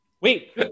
wait